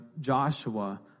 Joshua